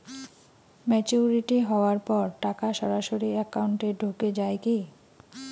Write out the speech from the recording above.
Maturity হওয়ার পর টাকা সরাসরি একাউন্ট এ ঢুকে য়ায় কি?